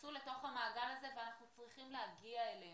שייכנסו לתוך המעגל הזה ואנחנו צריכים להגיע אליהם,